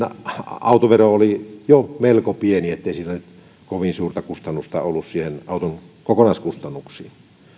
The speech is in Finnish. autovero oli jo melko pieni niin ettei sillä nyt kovin suurta kustannusta ollut niihin auton kokonaiskustannuksiin